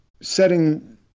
setting